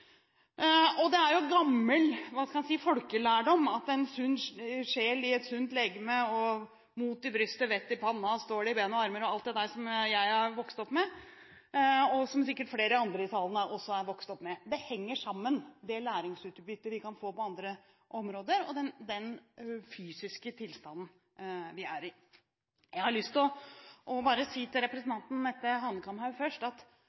debatten. Det er jo gammel – hva skal en si – folkelærdom med en sunn sjel i et sunt legeme og mot i brystet, vett i panna, stål i ben og armer og alt det der som jeg har vokst opp med, og som sikkert flere andre i salen også har vokst opp med. Det henger sammen det læringsutbyttet vi kan få på andre områder, og den fysiske tilstanden vi er i. Jeg har lyst til bare å si til representanten Mette Hanekamhaug først at